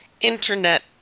internet